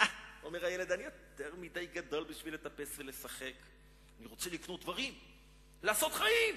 'אני יותר מדי גדול בשביל לטפס ולשחק', אמר הילד.